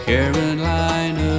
Carolina